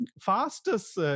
fastest